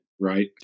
right